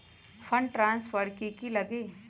Fund transfer कि की लगी?